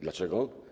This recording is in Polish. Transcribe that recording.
Dlaczego?